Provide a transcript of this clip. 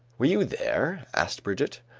were you there? asked brigitte.